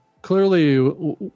Clearly